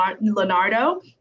Leonardo